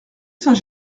saint